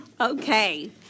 Okay